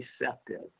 receptive